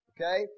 okay